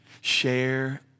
share